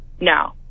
No